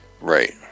Right